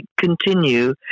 continue